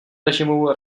režimu